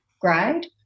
grade